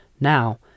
Now